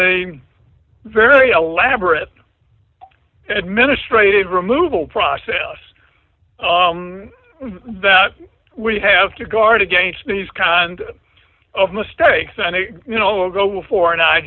the very elaborate administrative removal process that we have to guard against these kind of mistakes and you know will go before